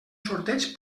sorteig